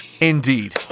Indeed